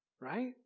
Right